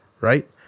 right